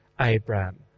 Abraham